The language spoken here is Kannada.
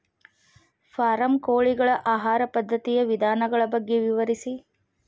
ಫಾರಂ ಕೋಳಿಗಳ ಆಹಾರ ಪದ್ಧತಿಯ ವಿಧಾನಗಳ ಬಗ್ಗೆ ವಿವರಿಸಿ